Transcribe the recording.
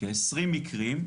כ-20 מקרים,